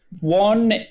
One